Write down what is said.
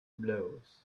blows